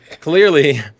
clearly